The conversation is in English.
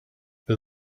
but